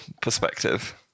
perspective